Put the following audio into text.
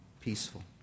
peaceful